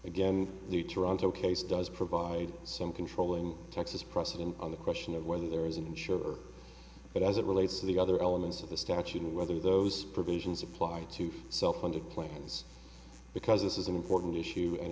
again a new toronto case does provide some controlling texas precedent on the question of whether there is an insurer but as it relates to the other elements of the statute and whether those provisions applied to self funding plans because this is an important issue and